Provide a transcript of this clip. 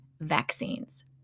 vaccines